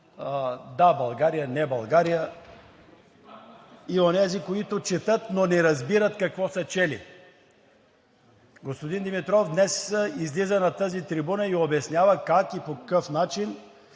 „Да, България“, „Не, България“ и онези, които четат, но не разбират какво са чели. Господин Димитров днес излиза на тази трибуна и обяснява как и по какъв начин